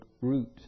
root